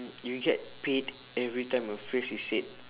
you get paid every time a phrase is said